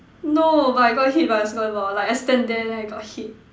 no but I got hit by a soccer ball like I stand there then I got hit